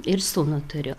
ir sūnų turiu